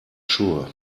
sure